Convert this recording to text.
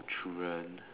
children